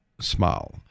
smile